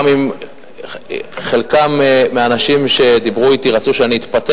גם אם חלק מהאנשים שדיברו אתי רצו שאני אתפתל,